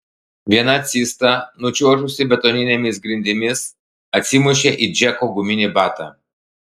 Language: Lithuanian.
viena cista nučiuožusi betoninėmis grindimis atsimušė į džeko guminį batą